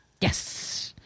Yes